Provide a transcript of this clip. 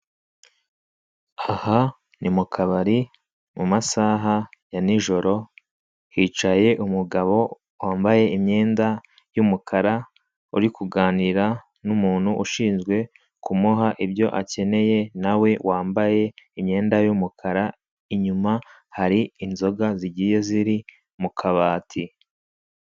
Aha ni mu kabari mu masaha ya nijoro, hicaye umugabo wambaye imyenda y'umukara, uri kuganira n'umuntu ushinzwe kumuha ibyo akeneye, nawe wambaye imyenda y'umukara, inyuma hari inzoga zigiye ziri mu kabati.